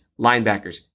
linebackers